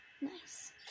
Nice